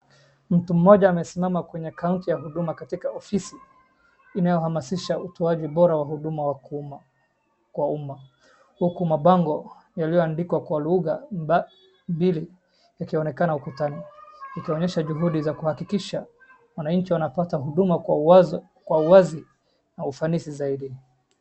Mtu mmoja amesimama kwenye kaunti ya huduma katika ofisi inayohamasisha utoaji bora kwa umma, huku mapango yaliyoandikwa kwa lugha mbili yakionekana kukutana, ikionyesha juhudi za kuhakikisha wananchi wanapata huduma kwa wazi na ufanisi zaidi.